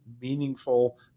meaningful